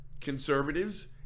Conservatives